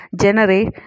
generate